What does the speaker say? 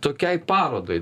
tokiai parodai